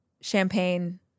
champagne